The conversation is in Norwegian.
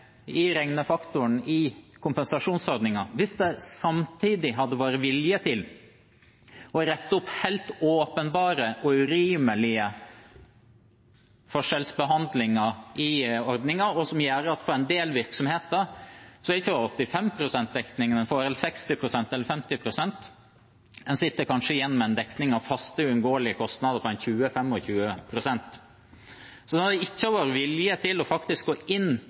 i kompensasjonsordningen – hvis det samtidig hadde vært vilje til å rette opp helt åpenbare og urimelige forskjellsbehandlinger i ordningen som gjør at det for en del bedrifter ikke er 85 pst. dekning en får, eller 60 pst. eller 50 pst. En sitter kanskje igjen med en dekning av faste, uunngåelige kostnader på 20–25 pst. Så når det ikke har vært vilje til faktisk å gå inn